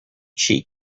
cheek